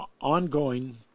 ongoing